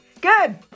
Good